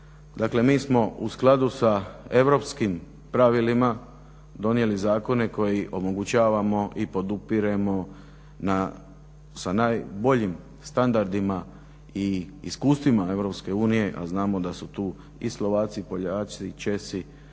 Dakle mi smo u skladu sa europskim pravilima donijeli zakone koji omogućavamo i podupiremo sa najboljim standardima i iskustvima EU, a znamo da su tu i Slovaci, Poljaci, Česi